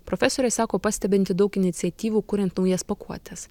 profesorė sako pastebinti daug iniciatyvų kuriant naujas pakuotes